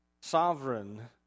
sovereign